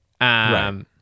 Right